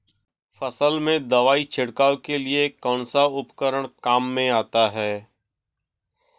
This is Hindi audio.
फसल में दवाई छिड़काव के लिए कौनसा उपकरण काम में आता है?